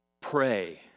Pray